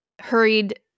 hurried